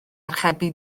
archebu